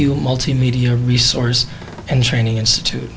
you multimedia resource and training institute